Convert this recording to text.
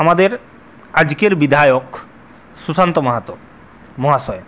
আমাদের আজকের বিধায়ক সুশান্ত মাহাতো মহাশয়